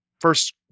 first